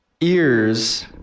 Ears